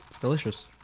delicious